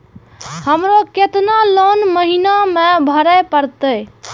हमरो केतना लोन महीना में भरे परतें?